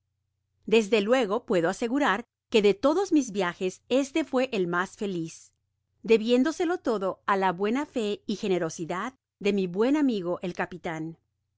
desde luego puedo asegurar que de todos mis viajes este fué el mas feliz debiéndoselo todo á la buena fé y generosidad de mi buen amigo el capitan